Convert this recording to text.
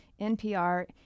NPR